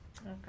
Okay